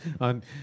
On